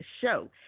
Show